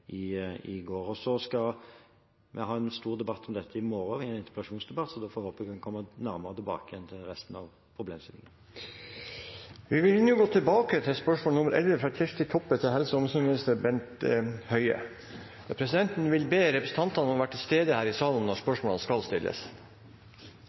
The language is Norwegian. i går. Vi skal ha en stor debatt om dette i morgen – en interpellasjonsdebatt – så da får jeg håpe vi kan komme nærmere tilbake til resten av problemstillingen. Vi vil nå gå tilbake til spørsmål 11, fra representanten Kjersti Toppe til helse- og omsorgsministeren. Presidenten vil be representantene om å være til stede her i salen når